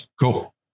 Cool